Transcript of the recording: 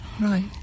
Right